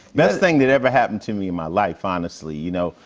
best thing that ever happened to me in my life, honestly, you know?